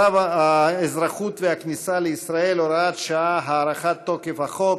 צו האזרחות והכניסה לישראל (הוראת שעה) (הארכת תוקף החוק),